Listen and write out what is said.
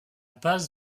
base